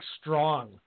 Strong